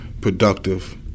productive